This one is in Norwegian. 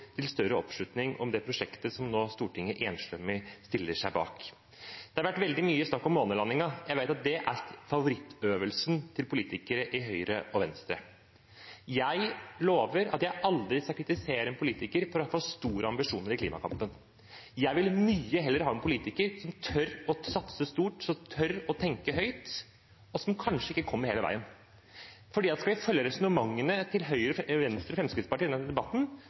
til større oppslutning om det prosjektet som nå Stortinget enstemmig stiller seg bak. Det har vært veldig mye snakk om månelandingen. Jeg vet at det er favorittøvelsen til politikere i Høyre og Venstre. Jeg lover at jeg skal aldri skal kritisere en politiker for å ha for store ambisjoner i klimakampen. Jeg vil mye heller ha en politiker som tør å satse stort, som tør å tenke høyt, men som kanskje ikke kommer hele veien. Hvis vi skal følge resonnementene til Høyre, Venstre og Fremskrittspartiet i denne debatten,